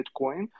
Bitcoin